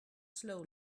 slowly